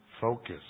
focus